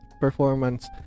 performance